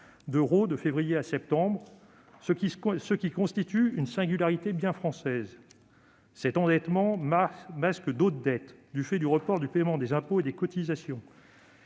d'euros de février à septembre, ce qui constitue une singularité bien française. À cet endettement, il faut de plus ajouter les dettes qui découlent du report du paiement des impôts et des cotisations.